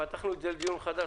פתחנו את זה לדיון מחדש,